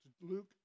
Luke